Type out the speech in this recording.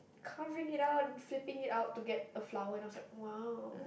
carving it out and flipping it out to get a flower then I was like !wow!